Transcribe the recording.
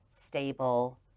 stable